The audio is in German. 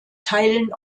teilen